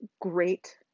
great